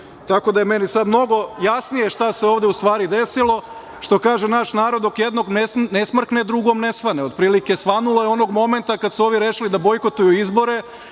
itd. Tako da, meni je sad mnogo jasnije šta se ovde u stvari desilo. Što kaže naš narod – dok jednom ne smrkne drugom ne svane. Otprilike svanulo je onog momenta kad su ovi rešili da bojkotuju izbore